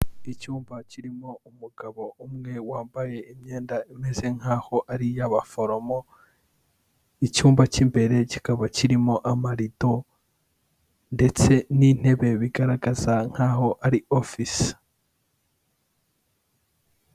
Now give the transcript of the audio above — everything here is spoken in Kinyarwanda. Icyumba kirimo umugabo umwe wambaye imyenda imeze nkaho ari iy'abaforomo, icyumba cy'imbere kikaba kirimo amarido ndetse n'intebe bigaragaza nk'aho ari ofisi.